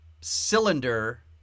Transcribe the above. cylinder